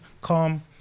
calm